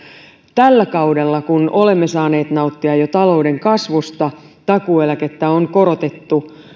tällä kaudella kun olemme jo saaneet nauttia talouden kasvusta takuueläkettä on korotettu